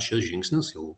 šiuos žingsnius jau